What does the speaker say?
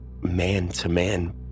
man-to-man